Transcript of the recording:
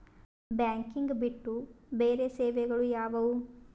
Banking ಬಿಟ್ಟು ಬೇರೆ ಸೇವೆಗಳು ಯಾವುವು?